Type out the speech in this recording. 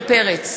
איימן עודה,